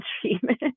treatment